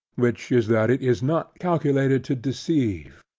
which is, that it is not calculated to deceive,